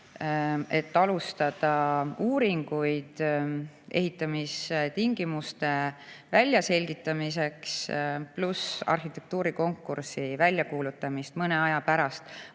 et alustada uuringuid ehitamistingimuste väljaselgitamiseks, pluss arhitektuurikonkursi väljakuulutamiseks mõne aja pärast.